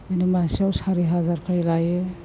बिदिनो मासेयाव सारि हाजार खरि लायो